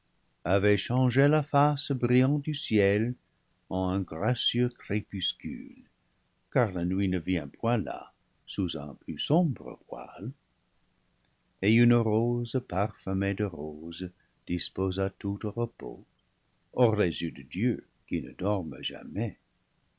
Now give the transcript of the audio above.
avait changé la face brillante du ciel en un gracieux crépuscule car la nuit ne vient point là sous un plus sombre voile et une rose parfumée de rose disposa tout au repos hors les yeux de dieu qui ne dorment jamais